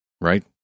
Right